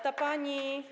Ta pani.